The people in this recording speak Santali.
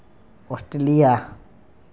ᱚᱥᱴᱨᱮᱞᱤᱭᱟ